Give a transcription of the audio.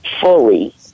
fully